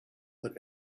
but